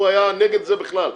הוא היה נגד זה בכלל.